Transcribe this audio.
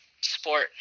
sport